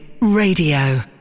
Radio